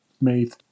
made